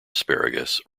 asparagus